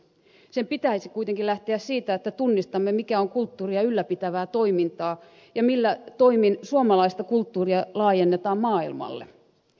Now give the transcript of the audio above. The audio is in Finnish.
sen pitäisi kuitenkin lähteä siitä että tunnistamme mikä on kulttuuria ylläpitävää toimintaa ja millä toimin suomalaista kulttuuria laajennetaan maailmalle